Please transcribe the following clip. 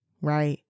right